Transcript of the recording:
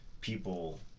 people